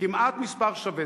כמעט מספר שווה.